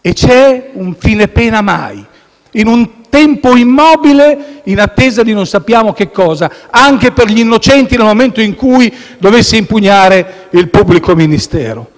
e c'è un fine pena mai, in un tempo immobile, in attesa di non sappiamo cosa, anche per gli innocenti, nel momento in cui il pubblico ministro